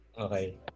Okay